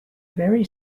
very